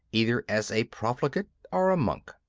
either as a profligate or a monk.